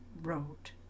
wrote